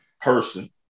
person